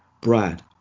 Brad